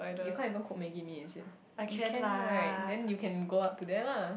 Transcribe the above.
you can't even cook maggie-mee is it you can right then you can go up to there lah